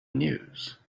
news